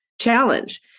challenge